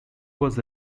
was